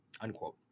unquote